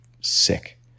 sick